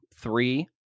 three